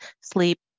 sleep